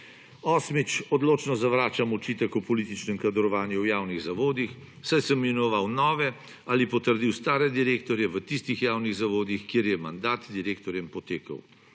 Osmič. Odločno zavračam očitek o političnem kadrovanju v javnih zavodih, saj sem imenoval nove ali potrdil stare direktorje v tistih javnih zavodih, kjer je mandat direktorjem potekel.